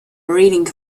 reading